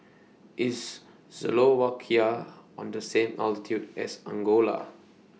IS Slovakia on The same latitude as Angola